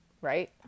right